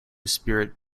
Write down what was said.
spirit